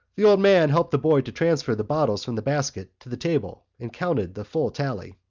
the old man helped the boy to transfer the bottles from the basket to the table and counted the full tally.